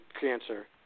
cancer